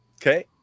Okay